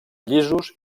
llisos